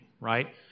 right